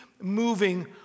moving